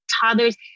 toddlers